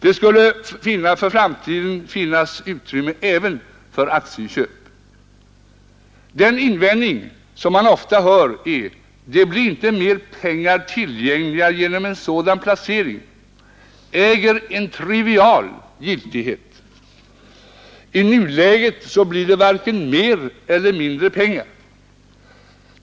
Det skulle finnas framtida utrymme även för aktieköp. Den invändning som man alltid hör:”Det blir inte mer pengar tillgängliga genom en sådan placering”, äger en trivial giltighet. I nuläget blir det varken mer eller mindre pengar.